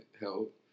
help